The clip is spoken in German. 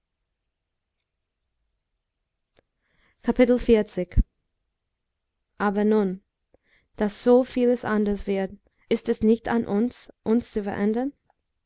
aber nun da so vieles anders wird ist es nicht an uns uns zu verändern